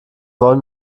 wollen